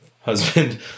husband